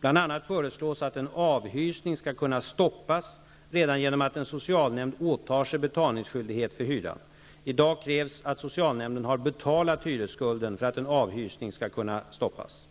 Bl.a. föreslås att en avhysning skall kunna stoppas redan genom att en socialnämnd åtar sig betalningsskyldighet för hyran. I dag krävs att socialnämnden har betalat hyresskulden för att en avhysning skall kunna stoppas.